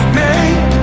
made